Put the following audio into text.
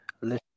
Listen